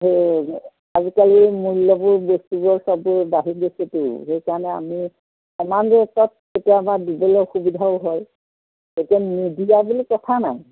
সেই আজিকালি মূল্যবোৰ বস্তুবোৰৰ সব বাঢ়ি গৈছেতো সেইকাৰণে আমি কেতিয়াবা দিবলৈ অসুবিধাও হয় এতিয়া বুলি কথা নাই